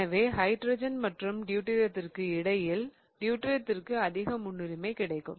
எனவே ஹைட்ரஜன் மற்றும் டியூட்டீரியத்திற்கு இடையில் டியூட்டீரியத்திற்கு அதிக முன்னுரிமை கிடைக்கும்